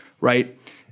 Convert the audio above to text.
Right